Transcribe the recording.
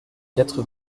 quatre